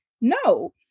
no